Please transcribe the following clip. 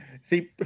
See